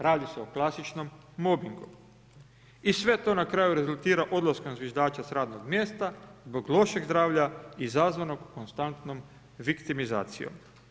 Radi se o klasičnom mobingu i sve to na kraju rezultira odlaskom zviždača sa radnog mjesta zbog lošeg zdravlja izazvanog konstantom viktimizacijom.